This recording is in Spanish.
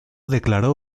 declaró